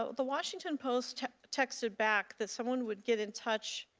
ah the washington post texted back that someone would get in touch,